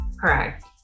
Correct